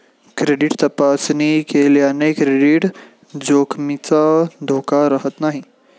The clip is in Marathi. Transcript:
क्रेडिट तपासणी केल्याने क्रेडिट जोखमीचा धोका राहत नाही